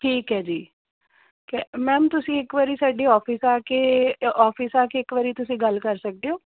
ਠੀਕ ਹੈ ਜੀ ਮੈਮ ਤੁਸੀਂ ਇੱਕ ਵਾਰੀ ਸਾਡੇ ਆਫਿਸ ਆ ਕੇ ਆਫਿਸ ਆ ਕੇ ਇੱਕ ਵਾਰੀ ਤੁਸੀਂ ਗੱਲ ਕਰ ਸਕਦੇ ਹੋ